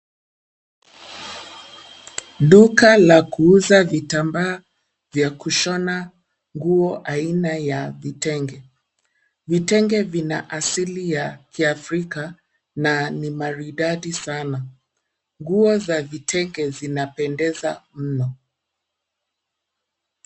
Duka la kuuza vitambaa vya kushona nguo aina ya vitenge, vitenge vina asili ya kiafrika na ni maridadi sana. Nguo za vitenge zinapendeza mno.